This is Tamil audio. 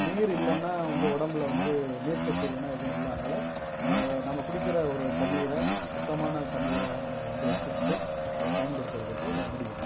நீர் இல்லைன்னா வந்து உடம்புல வந்து நீர் சத்து இல்லைன்னா எதுவும் இல்லை அதனால் நம்ம குடிக்கிற ஒரு தண்ணீரை சுத்தமான தண்ணீராக நம்ம வந்து வச்சுக்கிட்டு அதைப் பயன்படுத்துறதுக்கு முடியும்